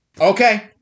Okay